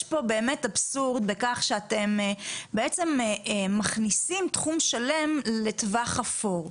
יש פה באמת אבסורד בכך שאתם מכניסים תחום שלם לטווח אפור,